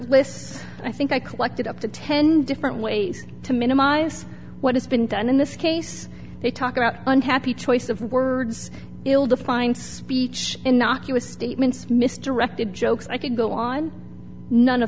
lists i think i collected up to ten different ways to minimize what has been done in this case they talk about unhappy choice of words ill defined speech and not us statements misdirected jokes i could go on none of